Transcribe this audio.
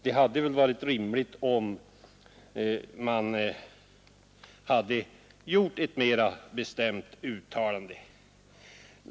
Det hade väl varit rimligt om man hade gjort ett mera bestämt uttalande.